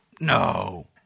No